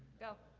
go.